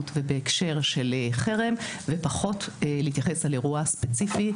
ובהקשר של חרם ופחות להתייחס על האירוע הספציפי,